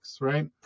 right